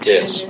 Yes